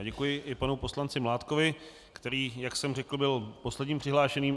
Děkuji i panu poslanci Mládkovi, který, jak jsem řekl, byl posledním přihlášeným.